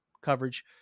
coverage